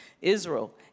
Israel